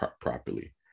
properly